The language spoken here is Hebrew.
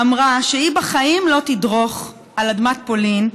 אמרה שהיא בחיים לא תדרוך על אדמת פולין,